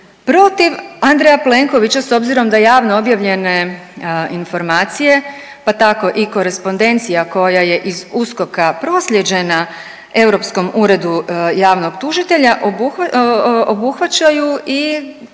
protiv Andreja Plenkovića s obzirom da javno objavljene informacije pa tako i korespondencija koja je iz USKOK-a proslijeđena Europskom uredu javnog tužitelja obuhvaćaju i